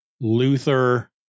Luther